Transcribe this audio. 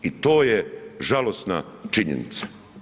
I to je žalosna činjenica.